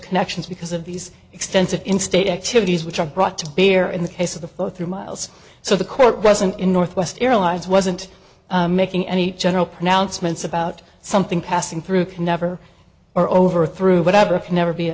connections because of these extensive instate activities which are brought to bear in the case of the flow through miles so the court present in northwest airlines wasn't making any general pronouncements about something passing through can never or over through whatever can never be